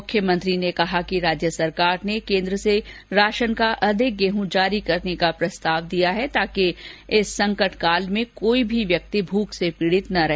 मुख्यमंत्री ने कहा कि राज्य सरकार ने केन्द्र से राशन का अधिक गेहूं जारी करने का प्रस्ताव दिया है ताकि इस संकट काल में कोई भी व्यक्ति भूख से पीड़ित न रहे